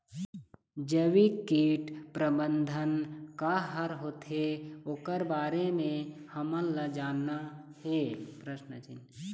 जैविक कीट प्रबंधन का हर होथे ओकर बारे मे हमन ला जानना हे?